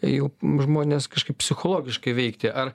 jau žmones kažkaip psichologiškai veikti ar